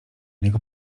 niego